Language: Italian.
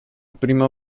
prima